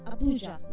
Abuja